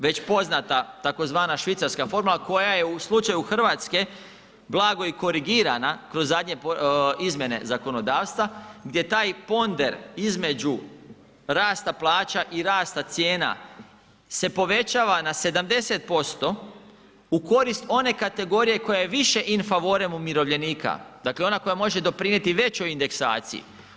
Već poznata tzv. švicarska formula koja je u slučaju Hrvatska blago i korigirana kroz zadnje izmjene zakonodavstva gdje je taj ponder između rasta plaća i rasta cijena se povećava na 70% u korist one kategorije koja je više in favorem umirovljenika, dakle ona koja može doprinijeti veću indeksaciju.